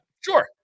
Sure